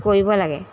কৰিব লাগে